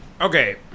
Okay